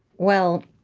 well,